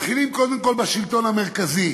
מתחילים קודם כול בשלטון המרכזי